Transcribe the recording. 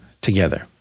together